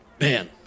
man